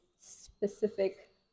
specific